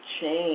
change